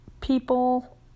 people